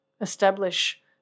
establish